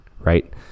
right